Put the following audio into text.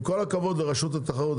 עם כל הכבוד לרשות התחרות,